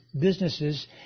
businesses